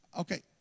Okay